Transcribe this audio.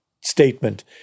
statement